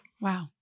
Wow